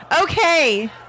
Okay